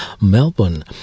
Melbourne